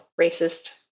racist